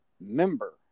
member